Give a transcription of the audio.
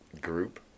group